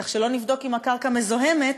כך שלא נבדוק אם הקרקע מזוהמת,